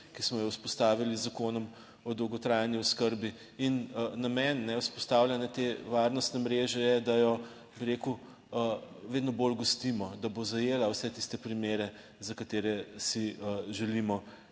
ki smo jo vzpostavili z Zakonom o dolgotrajni oskrbi in namen vzpostavljanja te varnostne mreže je, da jo, bi rekel vedno bolj gostimo, da bo zajela vse tiste primere za katere si želimo